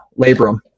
labrum